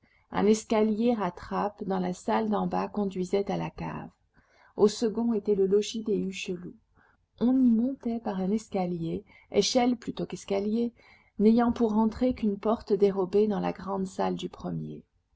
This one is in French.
un escalier à trappe dans la salle d'en bas conduisait à la cave au second était le logis des hucheloup on y montait par un escalier échelle plutôt qu'escalier n'ayant pour entrée qu'une porte dérobée dans la grande salle du premier